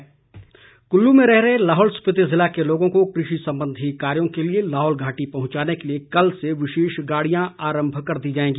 मारकंडा कुल्लू में रह रहे लाहौल स्पिति जिला के लोगों को कृषि संबंधी कार्यों के लिए लाहौल घाटी पहुंचाने के लिए कल से विशेष गाड़ियां आरम्भ कर दी जाएगी